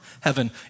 heaven